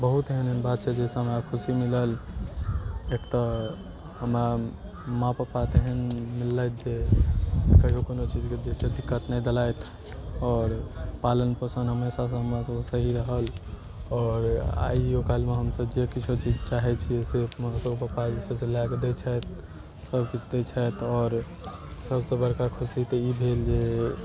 बहुत एहन एहन बात छै जैसँ हमरा खुशी मिलल एक तऽ हमरा माँ पप्पा तेहन मिललथि जे कहियो कोनो चीजके जैसे दिक्कत नहि देलथि आओर पालन पोषण हमेशासँ हमरा सबके सही रहल आओर आइयो काल्हिमे हमसब जे किछो चीज चाहै छियै से हमरा सबके पापाजी लए कऽ दै छथि सब किछु दै छथि आओर सबसँ बड़का खुशी तऽ ई भेल जे